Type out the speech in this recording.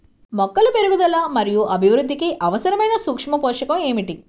మొక్కల పెరుగుదల మరియు అభివృద్ధికి అవసరమైన సూక్ష్మ పోషకం ఏమిటి?